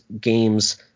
games